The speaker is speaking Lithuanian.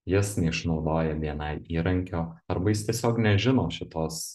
jis neišnaudoja bni įrankio arba jis tiesiog nežino šitos